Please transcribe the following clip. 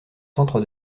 centre